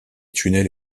tunnels